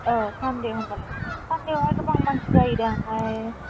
औ सान्देआव होमबालाय सान्देयावहाय गोबां मानसि जायोदां हाय